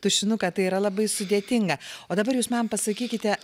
tušinuką tai yra labai sudėtinga o dabar jūs man pasakykite